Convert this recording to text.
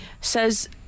Says